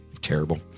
Terrible